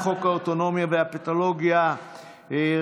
האנטומיה והפתולוגיה (תיקון,